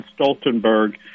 Stoltenberg